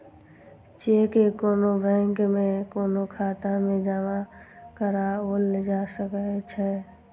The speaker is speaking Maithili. चेक कोनो बैंक में कोनो खाता मे जमा कराओल जा सकै छै